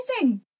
amazing